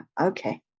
okay